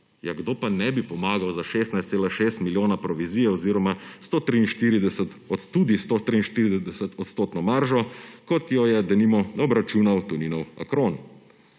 Ja, kdo pa ne bi pomagal za 16,6 milijona provizij oziroma tudi 143-odstotno maržo, kot jo je denimo obračunal Toninov Acron?